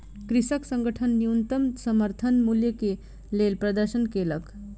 कृषक संगठन न्यूनतम समर्थन मूल्य के लेल प्रदर्शन केलक